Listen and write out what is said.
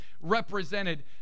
represented